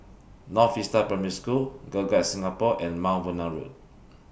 North Vista Primary School Girl Guides Singapore and Mount Vernon Road